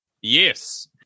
Yes